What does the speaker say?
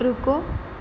ਰੁਕੋ